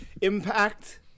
Impact